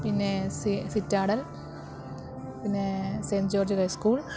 പിന്നെ സിറ്റാഡൽ പിന്നെ saint George high school